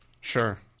Sure